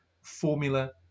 formula